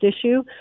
issue